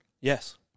Yes